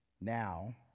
Now